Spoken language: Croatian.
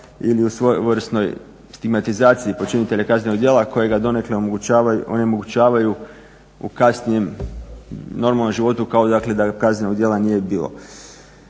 ili u svojevrsnoj stigmatizaciji počinitelja kaznenog djela koje donekle omogućavaju u kasnijim normalnom životu kao dakle da kaznenog djela nije bilo.